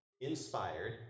inspired